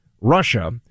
Russia